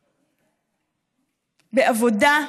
בעבודה,